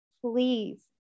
Please